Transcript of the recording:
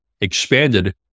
expanded